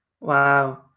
Wow